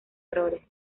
errores